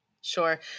Sure